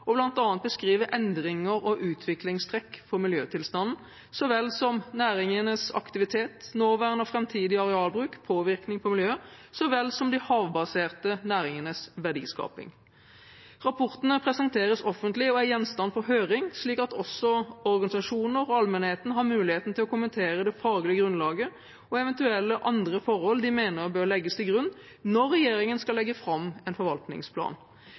og bl.a. beskrive endringer og utviklingstrekk for miljøtilstanden så vel som næringenes aktivitet, nåværende og framtidig arealbruk, påvirkning på miljøet så vel som de havbaserte næringenes verdiskaping. Rapportene presenteres offentlig og er gjenstand for høring, slik at også organisasjoner og allmennheten har muligheten til å kommentere det faglige grunnlaget og eventuelle andre forhold de mener bør legges til grunn når regjeringen skal legge fram en forvaltningsplan.